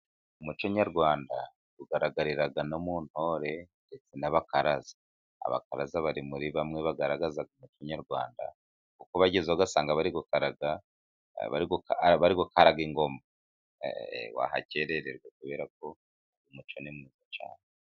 Umuco nyarwanda ugaragarira no mu ntore n'abakaraza. Abakaraza bari muri bamwe bagaragaza umuco nyarwanda, kuko bagezeho ugasanga abari gukaraga ingoma wahakererwa kubera ko umuco ni mwiza cyane.